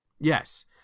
Yes